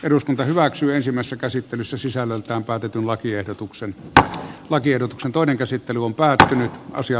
eduskunta hyväksyy ensimmäistä käsittelyssä sisällöltään päätetyn lakiehdotuksen että lakiehdotuksen toinen käsittely on päätetty asia